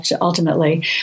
ultimately